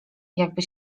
jakby